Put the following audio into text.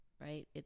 right